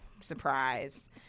Surprise